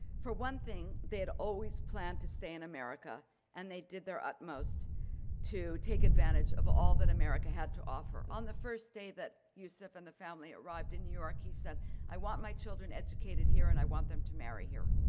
for one thing they had always planned to stay in america and they did their utmost to take advantage of all that america had to offer. on the first day that yosef and the family arrived in new york he said i want my children educated here and i want them to marry here.